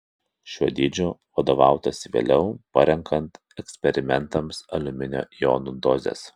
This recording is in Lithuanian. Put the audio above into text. šiuo dydžiu vadovautasi vėliau parenkant eksperimentams aliuminio jonų dozes